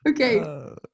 Okay